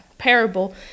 parable